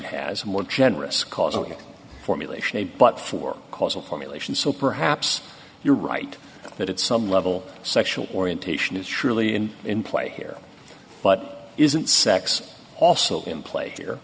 has more generous causal formulation a but for causal formulation so perhaps you're right that at some level sexual orientation is truly in in play here but isn't sex also in play here